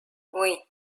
oui